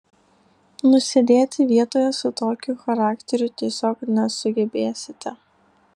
nusėdėti vietoje su tokiu charakteriu tiesiog nesugebėsite